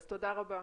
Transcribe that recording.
אז תודה רבה.